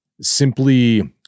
simply